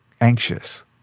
anxious